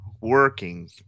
working